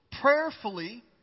prayerfully